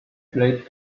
played